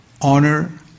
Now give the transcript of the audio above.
honor